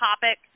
topic